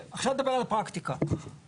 אני סגנית יו"ר מטה התכנון.